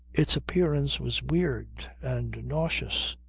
its appearance was weird and nauseous,